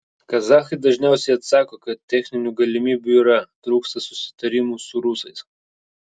kazachai dažniausiai atsako kad techninių galimybių yra trūksta susitarimų su rusais